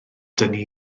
dynnu